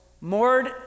moored